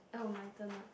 oh my turn ah